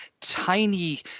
Tiny